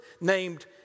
named